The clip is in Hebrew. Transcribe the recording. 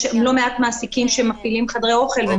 יש לא מעט מעסיקים שמפעילים חדרי אוכל והם